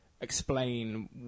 explain